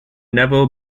never